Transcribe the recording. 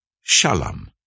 Shalom